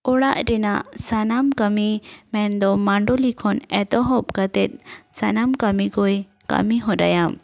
ᱚᱲᱟᱜ ᱨᱮᱱᱟᱜ ᱥᱟᱱᱟᱢ ᱠᱟᱹᱢᱤ ᱢᱮᱱᱫᱚ ᱢᱟᱰᱳᱞᱤ ᱠᱷᱚᱱ ᱮᱛᱚᱦᱚᱵ ᱠᱟᱛᱮᱫ ᱥᱟᱱᱟᱢ ᱠᱟᱹᱢᱤᱠᱚᱭ ᱠᱟᱹᱢᱤ ᱦᱚᱨᱟᱭᱟ